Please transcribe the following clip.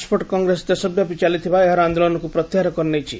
ନୁପୋର୍ଟ କଂଗ୍ରେସ ଦେଶବ୍ୟାପି ଚାଲିଥିବା ଏହାର ଆନ୍ଦୋଳନକ୍ ପ୍ରତ୍ୟାହାର କରିନେଇଛି